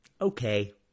Okay